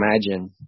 imagine